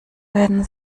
werden